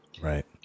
Right